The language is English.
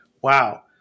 wow